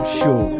show